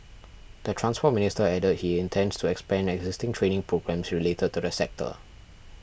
the Transport Minister added he intends to expand existing training programmes related to the sector